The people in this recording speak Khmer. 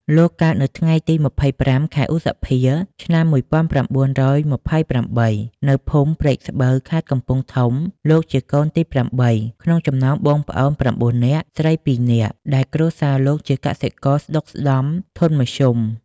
លោកកើតនៅថ្ងៃទី២៥ ខែឧសភាឆ្នាំ១៩២៨ នៅភូមិព្រែកស្បូវខេត្តកំពង់ធំ លោកជាកូនទី៨ ក្នុងចំណោមបងប្អូន៩នាក់ ស្រីពីរនាក់ ដែលគ្រួសារលោកជាកសិករស្តុកស្តម្ភធនមធ្យម។